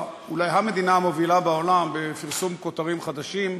אולי המדינה המובילה בעולם בפרסום כותרים חדשים.